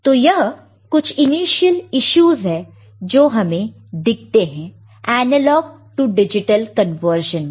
तो यह कुछ इनिशियल इश्यूज है जो हमें दिखते हैं एनालॉग टू डिजिटल कन्वर्जन में